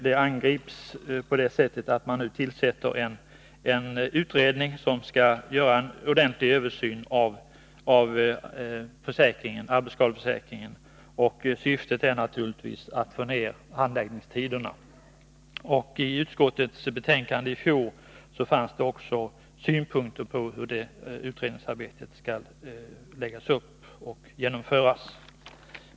De angrips på det sättet att man nu tillsätter en utredning som skall göra en ordentlig 85 översyn av arbetsskadeförsäkringen. Syftet är naturligtvis att få ned handläggningstiderna. I utskottets betänkande i fjol fanns det också synpunkter på hur det utredningsarbetet skall läggas upp och genomföras.